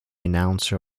announcer